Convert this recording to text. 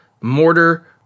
mortar